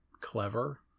clever